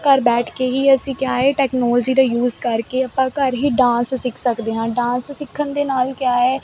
ਘਰ ਬੈਠ ਕੇ ਹੀ ਅਸੀਂ ਕਿਆ ਏ ਟੈਕਨੋਲਜੀ ਦਾ ਯੂਸ ਕਰਕੇ ਆਪਾਂ ਘਰ ਹੀ ਡਾਂਸ ਸਿੱਖ ਸਕਦੇ ਹਾਂ ਡਾਂਸ ਸਿੱਖਣ ਦੇ ਨਾਲ ਕਿਆ ਏ